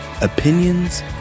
Opinions